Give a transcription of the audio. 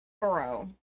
bro